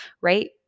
right